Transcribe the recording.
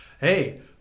hey